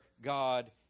God